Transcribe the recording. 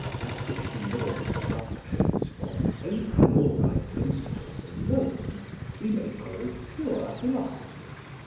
that which delivers its doctrines from a priori principles alone we may call pure philosophy.